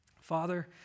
Father